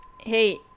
Hey